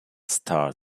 start